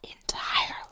entirely